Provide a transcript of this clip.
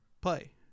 play